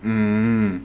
mmhmm